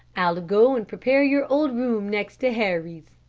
i'll go and prepare your old room next to harry's.